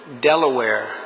Delaware